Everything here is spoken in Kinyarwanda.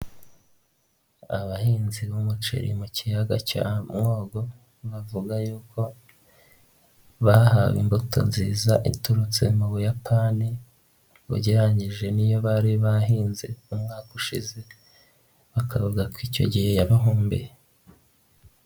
Abahinzi b'umuceri mu kiyaga cya mwogo, bavuga yuko bahawe imbuto nziza iturutse mu buyapani bugereranyije n'iyo bari bahinze umwaka ushize, bakavugaga ko icyo gihe yabahombeye.